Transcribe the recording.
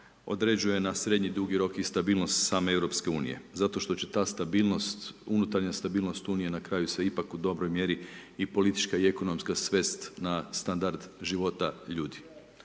određuje na srednji dugi rok i stabilnost same Europske unije, zato što će ta stabilnost, unutarnja stabilnost unije na kraju se ipak u dobroj mjeri i politička i ekonomska svest na standard života ljudi.